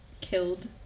killed